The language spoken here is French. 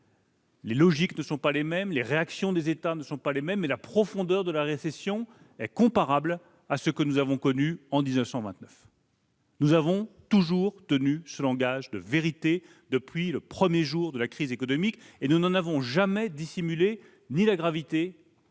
les logiques non plus, les réactions des États non plus, mais la profondeur de la récession est comparable à ce que nous avons connu en 1929. Nous avons toujours tenu ce langage de vérité, depuis le premier jour de la crise économique : nous n'en avons jamais dissimulé ni la gravité